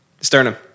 Sternum